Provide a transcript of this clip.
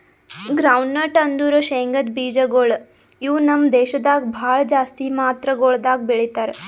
groundnut ಅಂದುರ್ ಶೇಂಗದ್ ಬೀಜಗೊಳ್ ಇವು ನಮ್ ದೇಶದಾಗ್ ಭಾಳ ಜಾಸ್ತಿ ಮಾತ್ರಗೊಳ್ದಾಗ್ ಬೆಳೀತಾರ